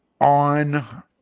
On